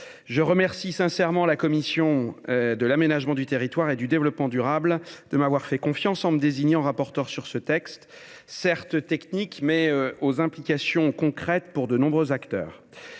Je remercie sincèrement la commission de l’aménagement du territoire et du développement durable de m’avoir fait confiance en me désignant comme rapporteur de ce texte certes technique, mais dont les implications sont concrètes pour de nombreuses